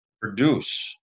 produce